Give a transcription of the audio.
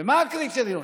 ומה הקריטריונים?